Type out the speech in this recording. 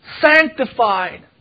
sanctified